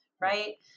Right